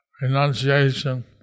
renunciation